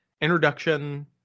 introduction